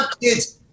kids